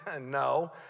No